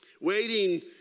Waiting